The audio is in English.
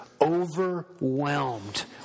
overwhelmed